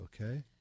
okay